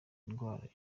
ndwara